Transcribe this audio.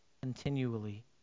Continually